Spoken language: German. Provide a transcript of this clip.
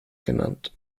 genannt